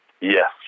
Yes